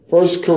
First